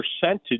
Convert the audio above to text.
percentage